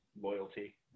loyalty